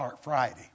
Friday